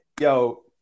Yo